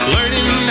Learning